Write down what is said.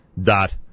dot